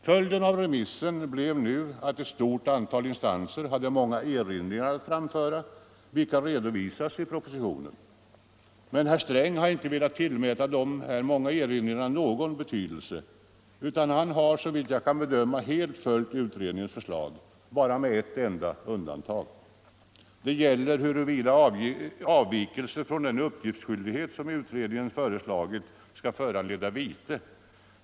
Följden av remissen blev nu att ett stort antal instanser hade många erinringar att framföra, vilka redovisas i propositionen. Men herr Sträng har inte velat tillmäta dessa många erinringar någon betydelse, utan han har, såvitt jag kan bedöma, helt följt utredningens förslag — bara med ett enda undantag. Det gäller huruvida avvikelser från den uppgiftsskyldighet som utredningen föreslagit skall föranleda vite.